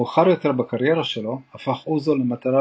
מאוחר יותר בקריירה שלו הפך אוזו למטרה